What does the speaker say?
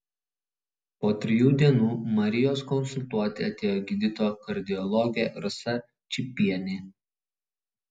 po trijų dienų marijos konsultuoti atėjo gydytoja kardiologė rasa čypienė